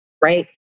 right